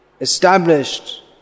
established